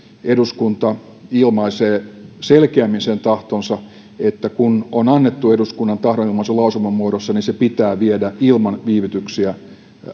eduskunta ilmaisee selkeämmin sen tahtonsa että kun on annettu eduskunnan tahdonilmaisu lausuman muodossa niin hallituksen pitää se viedä ilman viivytyksiä